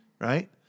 right